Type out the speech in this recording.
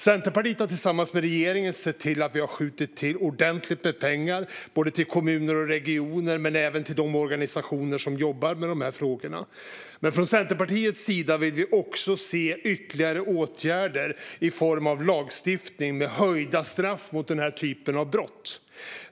Centerpartiet har tillsammans med regeringen sett till att ordentligt med pengar har skjutits till både till kommuner och till regioner men även till de organisationer som jobbar med dessa frågor. Centerpartiet vill dock se ytterligare åtgärder i form av lagstiftning med höjda straff för denna typ av brott.